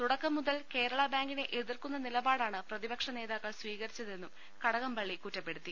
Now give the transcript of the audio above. തുടക്കം മുതൽ കേരളബാങ്കിനെ എതിർക്കുന്ന നിലപാടാണ് പ്രതിപക്ഷ നേതാക്കൾ സ്വീകരിച്ച തെന്നും കടകംപള്ളി കുറ്റപ്പെടുത്തി